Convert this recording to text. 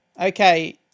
Okay